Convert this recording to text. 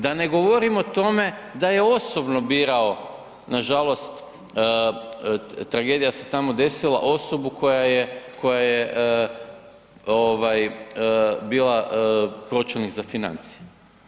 Da ne govorim o tome da je osobno birao nažalost, tragedija se tamo desila, osobu koja je bila pročelnik za financije.